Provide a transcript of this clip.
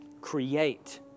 Create